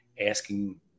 asking